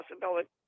possibility